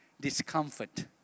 discomfort